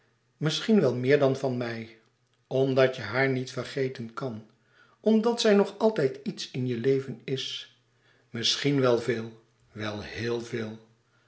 misschien wel meer dan van mij omdat je haar niet vergeten kan omdat zij nog altijd iets in je leven is misschien wel veel wel heel veel